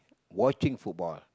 watching football